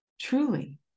truly